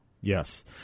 Yes